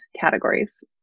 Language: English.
categories